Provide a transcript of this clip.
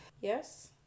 Yes